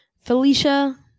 Felicia